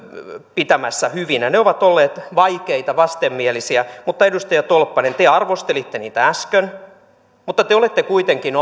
pitämässä hyvinä ne ovat olleet vaikeita vastenmielisiä edustaja tolppanen te arvostelitte niitä äsken mutta te te olette kuitenkin